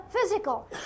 physical